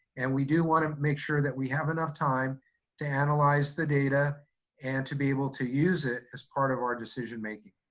and we do wanna make sure that we have enough time to analyze the data and to be able to use it as part of our decision making.